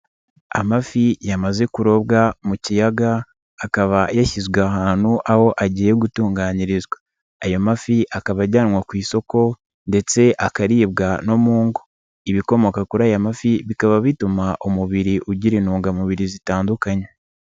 Amafi yamaze kurobwa mu kiyaga akaba yashyizwe ahantu aho agiye gutunganyirizwa, aya mafi akaba ajyanwa ku isoko ndetse akaribwa no mu ngo, ibikomoka kuri aya mafi bikaba bituma umubiri ugira intungamubiri zitandukanye.